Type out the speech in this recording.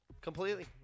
Completely